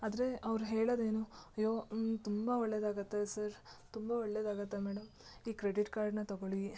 ಆದ್ರೆ ಅವ್ರು ಹೇಳೊದೇನು ಅಯ್ಯೋ ತುಂಬ ಒಳ್ಳೆದಾಗುತ್ತೆ ಸರ್ ತುಂಬ ಒಳ್ಳೆದಾಗುತ್ತೆ ಮೇಡಮ್ ಈ ಕ್ರೆಡಿಟ್ ಕಾರ್ಡನ್ನ ತಗೊಳ್ಳಿ